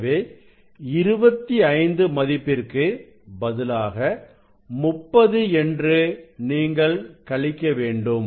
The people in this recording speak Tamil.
எனவே 25 மதிப்பிற்கு பதிலாக 30 என்று நீங்கள் கழிக்கவேண்டும்